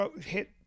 hit